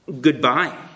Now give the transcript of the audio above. goodbye